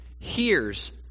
hears